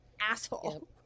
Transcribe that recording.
asshole